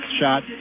shot